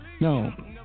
No